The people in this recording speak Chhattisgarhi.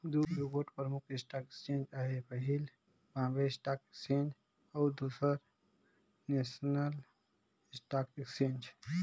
दुगोट परमुख स्टॉक एक्सचेंज अहे पहिल बॉम्बे स्टाक एक्सचेंज अउ दूसर नेसनल स्टॉक एक्सचेंज